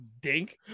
dink